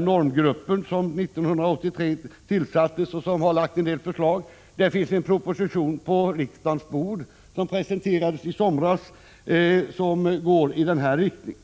normgruppen som tillsattes 1983 och som har lagt fram en del förslag. Det finns en proposition på riksdagens bord som presenterades i somras och går i den här riktningen.